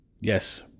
Yes